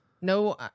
No